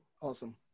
Awesome